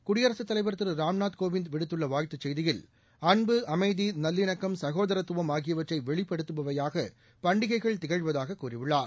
குடியரசுத் தலைவா் திருராம்நாத் கோவிந்த் விடுத்துள்ளவாழ்த்துச் செய்தியில் அன்பு அமைதி நல்லிணக்கம் சகோதரத்துவம் ஆகியவற்றைவெளிப்படுத்துபவையாகபண்டிகைகள் திகழ்வதாககூறியுள்ளார்